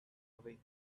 away